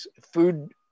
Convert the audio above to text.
food